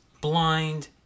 blind